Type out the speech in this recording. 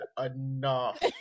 enough